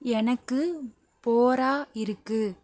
எனக்கு போராக இருக்குது